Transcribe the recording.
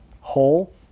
Whole